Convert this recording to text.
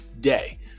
day